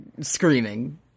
screaming